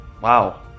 Wow